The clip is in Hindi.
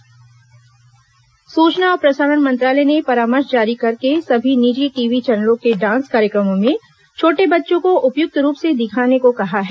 सूचना और प्रसारण मंत्रालय परामर्श सूचना और प्रसारण मंत्रालय ने परामर्श जारी करके सभी निजी टीवी चैनलों से डांस कार्यक्रमों में छोटे बच्चों को उपयुक्त रूप से दिखाने को कहा है